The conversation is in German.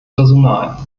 personal